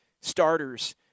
starters